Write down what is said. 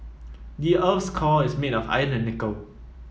the earth's core is made of iron and nickel